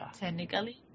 Technically